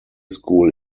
school